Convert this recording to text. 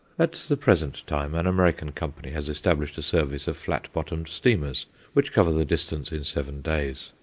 at the present time, an american company has established a service of flat-bottomed steamers which cover the distance in seven days,